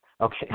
Okay